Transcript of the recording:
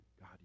God